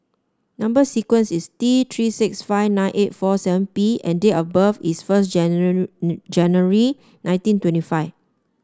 number sequence is T Three six five nine eight four seven P and date of birth is first January nineteen twenty five